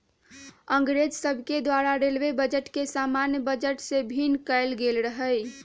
अंग्रेज सभके द्वारा रेलवे बजट के सामान्य बजट से भिन्न कएल गेल रहै